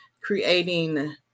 creating